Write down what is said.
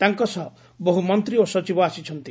ତାଙ୍କ ସହ ବହୁ ମନ୍ତ୍ରୀ ଓ ସଚିବ ଆସିଛନ୍ତି